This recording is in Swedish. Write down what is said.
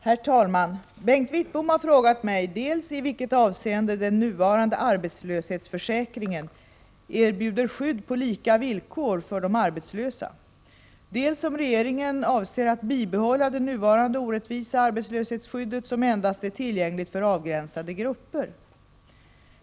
Herr talman! Bengt Wittbom har frågat mig dels i vilket avseende den nuvarande arbetslöshetsförsäkringen erbjuder skydd på lika villkor för de arbetslösa, dels om regeringen avser att bibehålla det nuvarande orättvisa arbetslöshetsskyddet, som endast är tillgängligt för avgränsade grupper.